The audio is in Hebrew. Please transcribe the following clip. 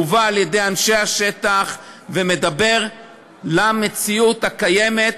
לווה על-ידי אנשי שטח ומדבר למציאות הקיימת,